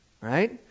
right